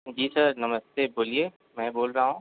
जी sir नमस्ते बोलिए मैं बोल रहा हूँ